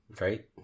right